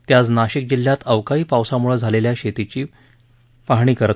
त्यांनी आज नाशिक जिल्ह्यात अवकाळी पावसामुळे झालेल्या शेतीची पाहणी केली